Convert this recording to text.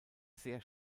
sehr